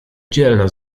dzielna